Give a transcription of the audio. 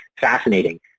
fascinating